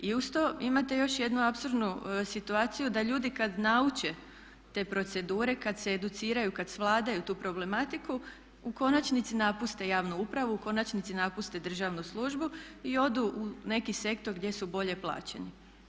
I uz to imate još jednu apsurdnu situaciju da ljudi kada nauče te procedure, kada se educiraju, kada svladaju tu problematiku u konačnici napuste javnu upravu, u konačnici napuste državnu službu i odu u neki sektor gdje su bolje plaćeni.